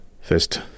first